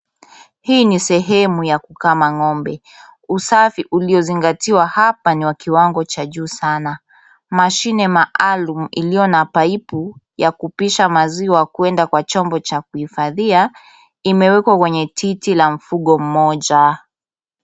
Hii ni sehemu ya kukama ng'ombe. Usafi uliozingatiwa hapa ni wa kiwango cha juu sana. Mashine maalum iliyo na paipu ya kupisha maziwa kwenda kwa chombo cha kuhifadhia imewekwa kwenye titi la mfugo mmoja.